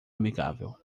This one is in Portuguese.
amigável